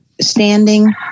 standing